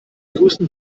größten